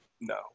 no